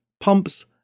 pumps